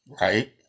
Right